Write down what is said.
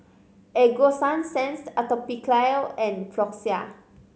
Ego Sunsense Atopiclair and Floxia